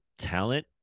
talent